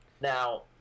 Now